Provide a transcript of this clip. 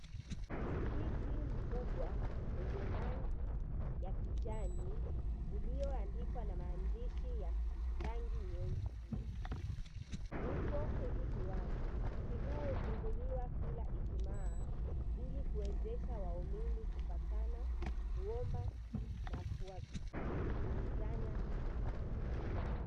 Msikiti mkubwa wenye rangi ya kijani ulioandikwa na maandishi ya rangi nyeusi upo kwenye kiwanja. Msikiti huu hufunguliwa kila ijumaa ili kuwezesha waumini kupatana, kuomba na kuamidizana kiimani.